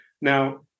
now